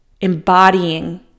embodying